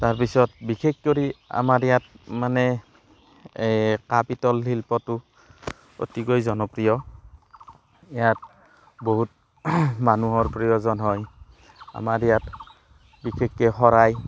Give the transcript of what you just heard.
তাৰপিছত বিশেষ কৰি আমাৰ ইয়াত মানে কাঁহ পিতল শিল্পটো অতিকৈ জনপ্ৰিয় ইয়াত বহুত মানুহৰ প্ৰয়োজন হয় আমাৰ ইয়াত বিশেষকৈ শৰাই